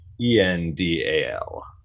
e-n-d-a-l